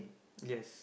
yes